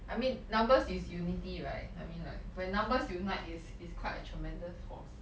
I mean numbers is unity right I mean like when numbers unite is is quite a tremendous force